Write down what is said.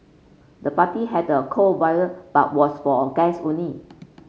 the party had a cool but was for guest only